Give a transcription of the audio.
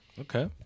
Okay